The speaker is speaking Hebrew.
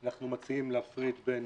אנחנו מציעים להפריד בין